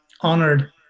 honored